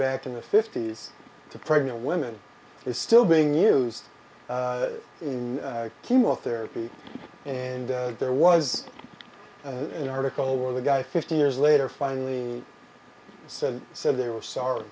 back in the fifty's to pregnant women is still being used in chemotherapy and there was an article where the guy fifty years later finally said said they were sorry